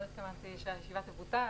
לא יקרה שהישיבה תבוטל.